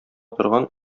торган